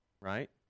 right